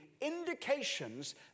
indications